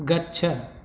गच्छ